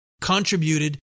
contributed